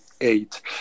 eight